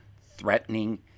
threatening